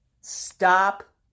Stop